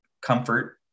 comfort